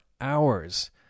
hours